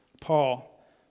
Paul